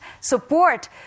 support